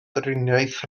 driniaeth